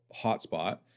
hotspot